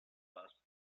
bus